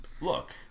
look